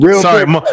sorry